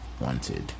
wanted